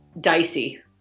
dicey